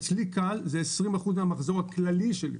אצלי כאל, זה 20 אחוזים מהמחזור הכללי שלי.